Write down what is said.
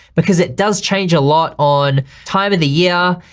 because it does change a lot on time of the year.